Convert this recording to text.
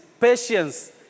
patience